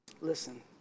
Listen